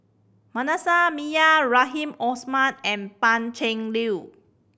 Manasseh Meyer Rahim and Pan Cheng Lui